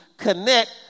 connect